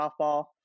softball